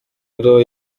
rero